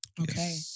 Okay